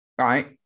right